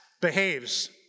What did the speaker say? behaves